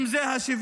אם זה השוויון,